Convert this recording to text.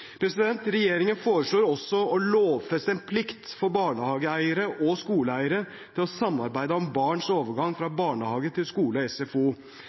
Regjeringen foreslår også å lovfeste en plikt for barnehageeiere og skoleeiere til å samarbeide om barns overgang fra barnehage til skole og SFO.